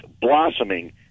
blossoming